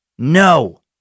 No